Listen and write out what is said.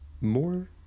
more